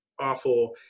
awful